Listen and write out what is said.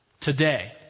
today